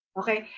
okay